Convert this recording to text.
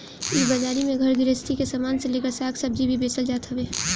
इ बाजारी में घर गृहस्ती के सामान से लेकर साग सब्जी भी बेचल जात हवे